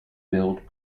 billed